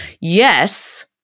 Yes